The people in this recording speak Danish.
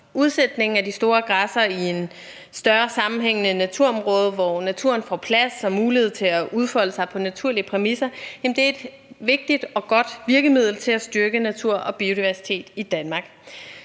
Udsætningen af de store græssere i et større sammenhængende naturområde, hvor naturen får plads og mulighed for at udfolde sig på naturlige præmisser, er et vigtigt og godt virkemiddel til at styrke naturen og biodiversiteten i Danmark.